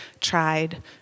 tried